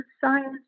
science